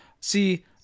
See